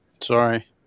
Sorry